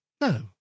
No